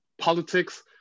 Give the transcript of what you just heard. politics